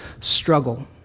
struggle